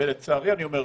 ולצערי אני אומר,